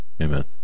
Amen